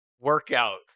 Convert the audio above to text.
workout